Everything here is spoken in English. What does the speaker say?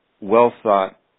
well-thought